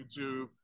YouTube